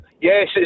Yes